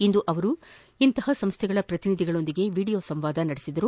ಇಂದು ಅವರು ಸ್ವಯಂಸೇವಾ ಸಂಸ್ಥೆಗಳ ಪ್ರತಿನಿಧಿಗಳೊಂದಿಗೆ ವೀಡಿಯೋ ಸಂವಾದ ನಡೆಸಿದರು